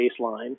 baseline